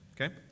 okay